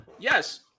Yes